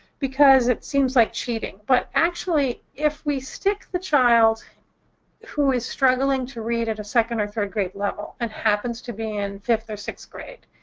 because it seems like cheating. but actually, if we stick the child who is struggling to read at a second or third grade level, and happens to be in fifth or sixth grade,